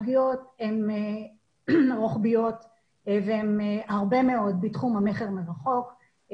הפגיעות הן רוחביות והן הרבה מאוד בתחום המכר מרחוק.